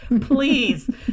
Please